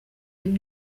rayon